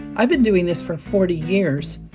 i've been doing this for forty years.